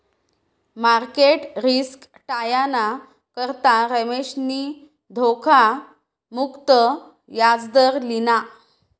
market risk टायाना करता रमेशनी धोखा मुक्त याजदर लिना